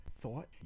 Thought